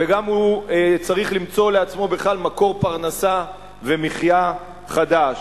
וגם הוא צריך למצוא לעצמו בכלל מקור פרנסה ומחיה חדש.